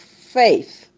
faith